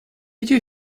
you